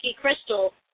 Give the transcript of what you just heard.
crystal